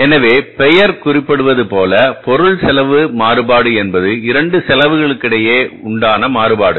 எனவே பெயர் குறிப்பிடுவது போல பொருள் செலவு மாறுபாடு என்பது இரண்டு செலவுகளுக்கிடையேயான மாறுபாடு